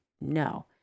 no